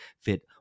fit